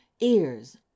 Ears